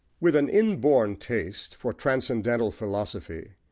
with an inborn taste for transcendental philosophy,